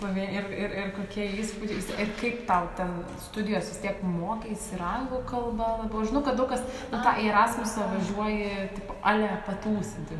slovėni ir ir ir kokie įspūdžiai ir kaip tau ten studijos vis tiek mokeisi ir anglų kalbą labiau žinau kad daug kas į tą į erasmusą važiuoji tipo a la patūsinti